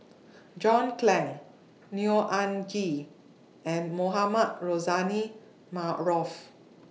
John Clang Neo Anngee and Mohamed Rozani Maarof